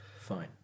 Fine